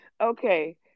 Okay